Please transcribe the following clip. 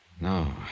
No